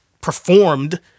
performed